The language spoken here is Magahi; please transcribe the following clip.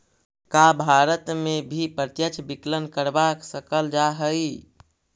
का भारत में भी प्रत्यक्ष विकलन करवा सकल जा हई?